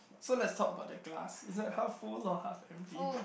so let's talk about the glass is that half full or half empty